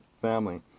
family